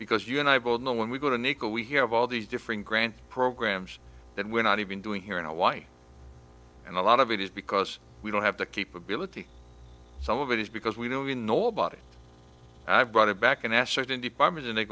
because you and i both know when we go to nickel we have all these different grant programs that we're not even doing here in hawaii and a lot of it is because we don't have to keep ability some of it is because we don't mean nobody i've brought it back and asked certain department and they